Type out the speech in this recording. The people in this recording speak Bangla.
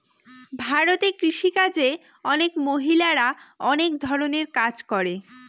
ভারতে কৃষি কাজে অনেক মহিলারা অনেক ধরনের কাজ করে